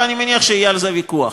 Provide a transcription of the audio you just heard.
ואני מניח שיהיה על זה ויכוח.